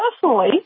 personally